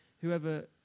whoever